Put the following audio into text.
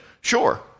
Sure